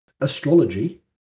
astrology